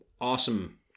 awesome